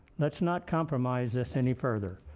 let's not compromise this any further.